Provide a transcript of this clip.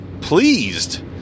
pleased